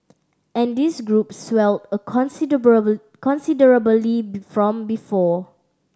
and this group swelled considerably be from before